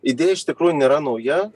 idėja iš tikrųjų nėra nauja